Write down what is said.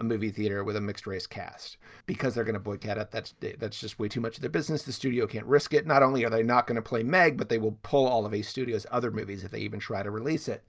a movie theater with a mixed race cast because they're going to boycott it. that's that's just way too much. the business, the studio can't risk it. not only are they not going to play meg, but they will pull all of a studio's other movies if they even try to release it.